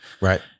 Right